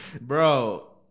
bro